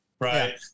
right